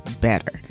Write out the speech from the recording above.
better